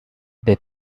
they